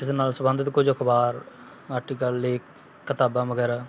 ਇਸ ਨਾਲ ਸਬੰਧਤ ਕੁਛ ਅਖ਼ਬਾਰ ਆਰਟੀਕਲ ਲੇਖ ਕਿਤਾਬਾਂ ਵਗੈਰਾ